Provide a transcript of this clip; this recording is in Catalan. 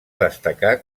destacar